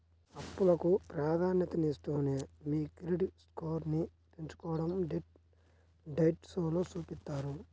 అప్పులకు ప్రాధాన్యతనిస్తూనే మీ క్రెడిట్ స్కోర్ను పెంచుకోడం డెట్ డైట్ షోలో చూపిత్తారు